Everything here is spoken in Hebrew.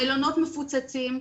המלונות מפוצצים,